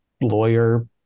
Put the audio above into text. lawyer